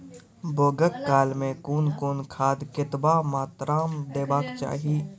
बौगक काल मे कून कून खाद केतबा मात्राम देबाक चाही?